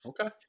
Okay